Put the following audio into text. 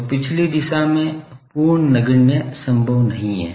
तो पिछली दिशा में पूर्ण नगण्य संभव नहीं है